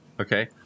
Okay